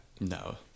No